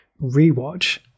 rewatch